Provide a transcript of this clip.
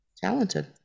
Talented